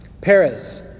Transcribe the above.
Paris